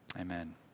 amen